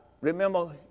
Remember